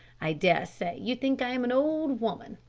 i dare say you think i am an old woman,